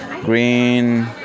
Green